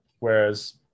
Whereas